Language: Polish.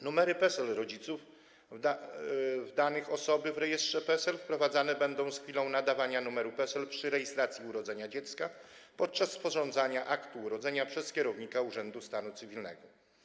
Numery PESEL rodziców do danych osoby w rejestrze PESEL wprowadzane będą z chwilą nadawania numeru PESEL przy rejestracji urodzenia dziecka, podczas sporządzania aktu urodzenia przez kierownika urzędu stanu cywilnego.